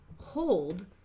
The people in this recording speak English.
hold